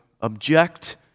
object